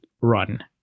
run